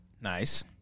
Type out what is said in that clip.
Nice